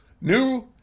new